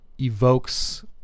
evokes